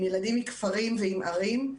עם ילדים מכפרים ומערים,